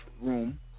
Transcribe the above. room